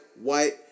white